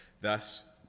Thus